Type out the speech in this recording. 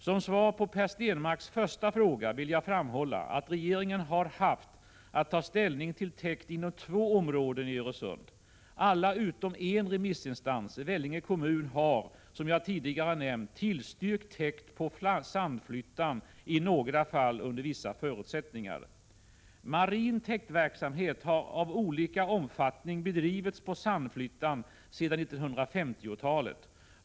Som svar på Per Stenmarcks första fråga vill jag framhålla att regeringen har haft att ta ställning till täkt inom två områden i Öresund. Alla utom en remissinstans — Vellinge kommun — har, som jag tidigare nämnt, tillstyrkt täkt på Sandflyttan, i några fall under vissa förutsättningar. Marin täktverksamhet av olika omfattning har bedrivits på Sandflyttan sedan 1950-talet.